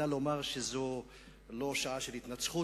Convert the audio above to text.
אלא לומר שזו לא שעה של התנצחות.